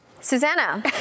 Susanna